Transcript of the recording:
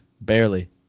barely